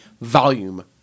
volume